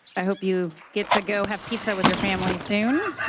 i hope you get to go have pizza with your family soon.